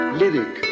lyric